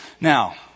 Now